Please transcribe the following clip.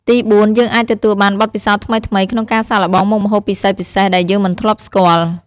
ទីបួន យើងអាចទទួលបាន បទពិសោធន៍ថ្មីៗ ក្នុងការសាកល្បងមុខម្ហូបពិសេសៗដែលយើងមិនធ្លាប់ស្គាល់។